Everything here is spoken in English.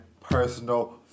personal